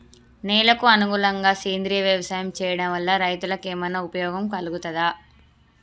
నేలకు అనుకూలంగా సేంద్రీయ వ్యవసాయం చేయడం వల్ల రైతులకు ఏమన్నా ఉపయోగం కలుగుతదా?